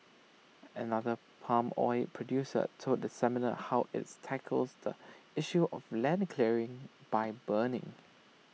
another palm oil producer told the seminar how its tackles the issue of land clearing by burning